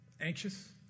anxious